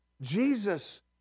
Jesus